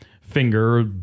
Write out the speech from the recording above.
finger